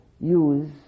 use